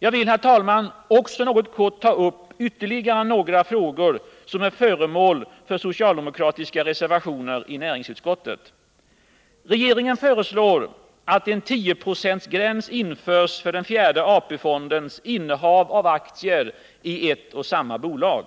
Jag vill, herr talman, kort ta upp ytterligare några frågor som är föremål för socialdemokratiska reservationer i näringsutskottet. Regeringen föreslår att en 10-procentsgräns införs för fjärde AP-fondens innehav av aktier i ett och samma bolag.